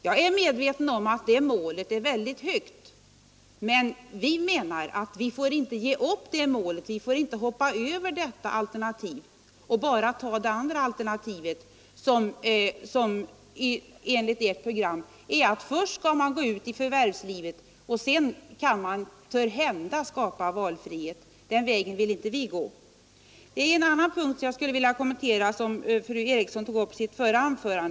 Jag är medveten om att detta mål är mycket högt satt, men vi menar att man inte får ge upp strävandena att nå det och bara gå in för det andra alternativet, som enligt ert program är att kvinnan först skall gå ut i förvärvslivet och att man sedan törhända skall skapa valfrihet för henne. Den vägen vill inte vi gå. Det fanns en annan punkt i fru Erikssons förra anförande som jag skulle vilja kommentera.